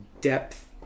depth